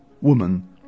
woman